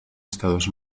estados